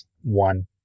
one